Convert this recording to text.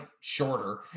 shorter